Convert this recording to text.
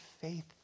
faith